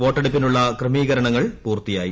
വോട്ടെടുപ്പിനുള്ള ക്ര്മീകരണങ്ങൾ പൂർത്തിയായി